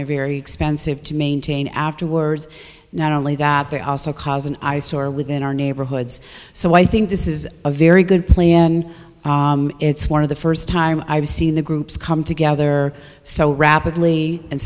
they're very expensive to maintain afterwards not only that they also cause an eyesore within our neighborhoods so i think this is a very good play and it's one of the first time i've seen the groups come together so rapidly and